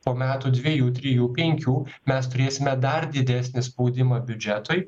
po metų dviejų trijų penkių mes turėsime dar didesnį spaudimą biudžetui